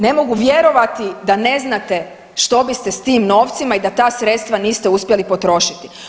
Ne mogu vjerovati da ne znate što biste s tim novcima i da ta sredstva niste uspjeli potrošiti.